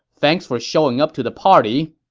thanks for showing up to the party,